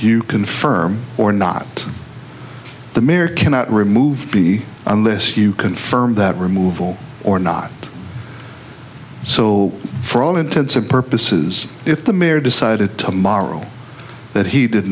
you confirm or not the mayor cannot remove be unless you confirm that removal or not so for all intents and purposes if the mayor decided tomorrow that he did